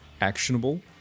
actionable